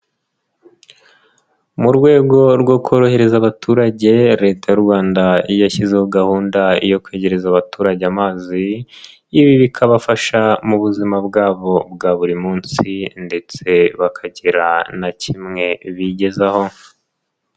Mu rwego rwo korohereza abaturage leta y'u Rwanda yashyizeho gahunda yo kwegereza abaturage amazi ibi bikabafasha mu buzima bwabo bwa buri munsi ndetse bakagira na kimwe bigezaho.